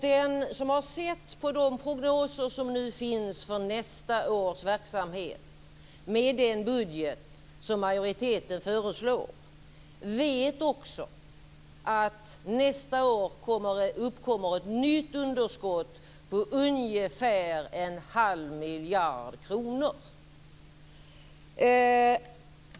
Den som har sett de prognoser som nu finns för nästa års verksamhet, med den budget som majoriteten föreslår, vet också att nästa år uppkommer ett nytt underskott på ungefär 1⁄2 miljard kronor.